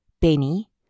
Benny